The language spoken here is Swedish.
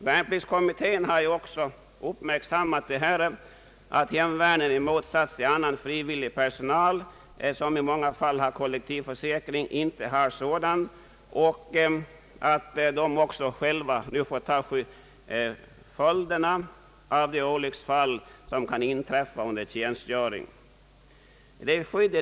Värnpliktskommittén har också uppmärksammat att hemvärnet i motsats till annan frivillig personal inte har någon kollektiv försäkring och att hemvärnsmännen själva får ta följderna av de olycksfall som kan inträffa under tjänstgöring.